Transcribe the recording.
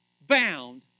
bound